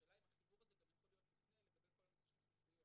השאלה אם החיבור יכול להיות לפני לגבי כל הנושא של הסמכויות.